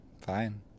Fine